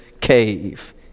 cave